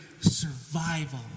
survival